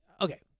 Okay